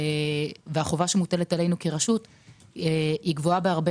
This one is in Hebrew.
החובה שמוטלת עלינו כרשות גבוהה בהרבה